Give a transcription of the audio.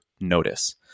notice